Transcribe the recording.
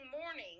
morning